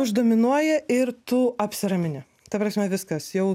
uždominuoja ir tu apsiramini ta prasme viskas jau